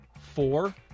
four